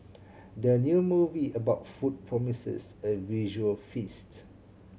the new movie about food promises a visual feast